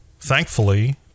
thankfully